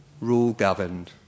rule-governed